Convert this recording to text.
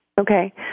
Okay